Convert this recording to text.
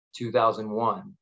2001